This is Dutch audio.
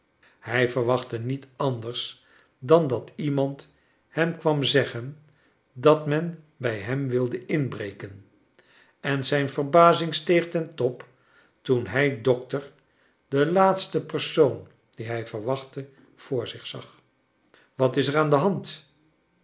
hij verwachtte niet anders dan dat iernand hem kwam zeggen dat men bij hem wilde inbreken en zijn verbazing steeg ten top toen hij dokter de laatste persoon die hij verwachtte voor zich zag wat is cr aan de hand